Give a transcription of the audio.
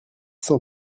cent